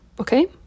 okay